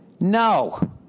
No